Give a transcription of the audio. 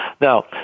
Now